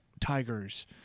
Tigers